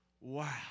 Wow